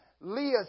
Leah